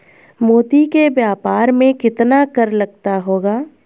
मोती के व्यापार में कितना कर लगता होगा?